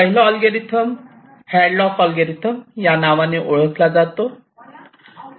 पहिला अल्गोरिदम हॅडलॉक अल्गोरिदम या नावाने ओळखला जातो